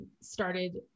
started